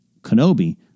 Kenobi